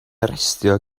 arestio